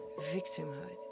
Victimhood